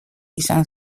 izan